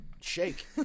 shake